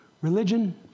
religion